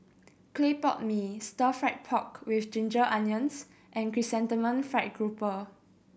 clay pot mee Stir Fried Pork With Ginger Onions and Chrysanthemum Fried Grouper